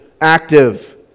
active